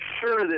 sure